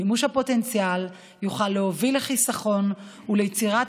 מימוש הפוטנציאל יוכל להוביל לחיסכון וליצירת